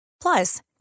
Plus